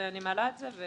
אני מעלה את זה.